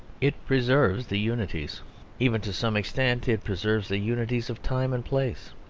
it preserves the unities even to some extent it preserves the unities of time and place.